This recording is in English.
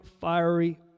fiery